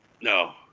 no